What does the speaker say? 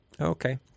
Okay